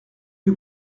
que